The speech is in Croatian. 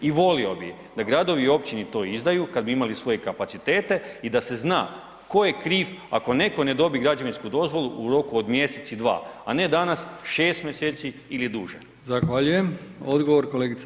I volio bi da gradovi i općine to izdaju kad bi imali svoje kapacitete i da se zna tko je kriv ako netko ne dobije građevinsku dozvolu u roku od mjeseci i dva a ne danas 6 mj. ili duže.